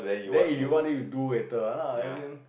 then if you want then you do later ya lah as in